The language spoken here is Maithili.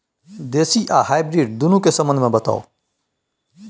देसी आ हाइब्रिड दुनू के संबंध मे बताऊ?